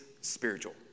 spiritual